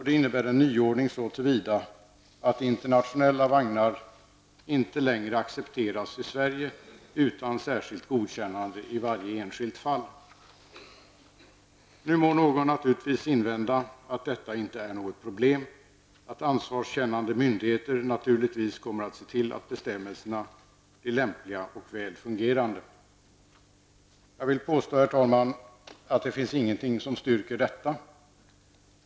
Det innebär en nyordning så till vida att internationella vagnar inte längre accepteras i Sverige utan särskilt godkännande i varje enskilt fall. Nu må någon naturligtvis invända att detta inte är något problem, och att ansvarskännande myndigheter naturligtvis kommer att se till att bestämmelserna blir lämpliga och väl fungerande. Jag vill påstå, herr talman, att det inte finns något som styrker detta.